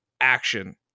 action